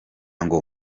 ngo